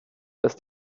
ist